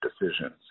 decisions